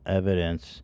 evidence